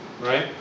right